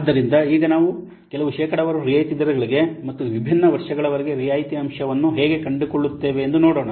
ಆದ್ದರಿಂದ ಈಗ ನಾವು ಕೆಲವು ಶೇಕಡಾವಾರು ರಿಯಾಯಿತಿ ದರಗಳಿಗೆ ಮತ್ತು ವಿಭಿನ್ನ ವರ್ಷಗಳವರೆಗೆ ರಿಯಾಯಿತಿ ಅಂಶವನ್ನು ಹೇಗೆ ಕಂಡುಕೊಳ್ಳುತ್ತೇವೆ ಎಂದು ನೋಡೋಣ